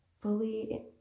Fully